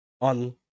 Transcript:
on